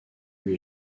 lui